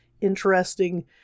interesting